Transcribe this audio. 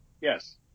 yes